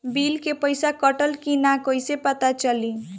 Bill के पइसा कटल कि न कइसे पता चलि?